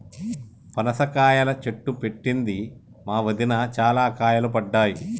పనస కాయల చెట్టు పెట్టింది మా వదిన, చాల కాయలు పడ్డాయి